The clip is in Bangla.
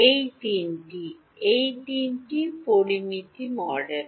এটি তিনটি এটি তিনটি পরামিতি মডেল